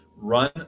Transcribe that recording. run